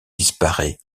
disparaît